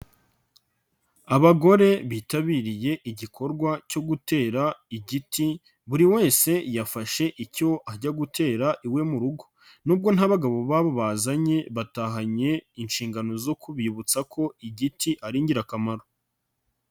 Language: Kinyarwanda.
Abagore bitabiriye igikorwa cyo gutera igiti, buri wese yafashe icyo ajya gutera iwe mu rugo. Nubwo nta bagabo babo bazanye, batahanye inshingano zo kubibutsa ko igiti ari ingirakamaro.